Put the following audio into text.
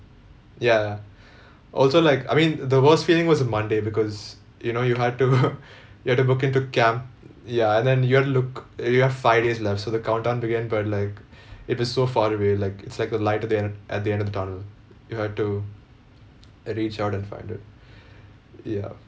ya also like I mean the worst feeling was monday because you know you had to you had to book into camp ya and then you had to look you have five days left so the countdown began but like it was so far away like it's like a light at the end at the end of the tunnel you had to reach out and find it ya